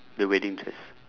the wedding dress